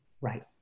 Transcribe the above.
Right